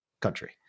country